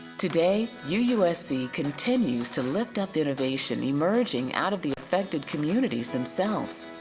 today u usc continues to lift up innovation, emerging out of the effective communities themselves.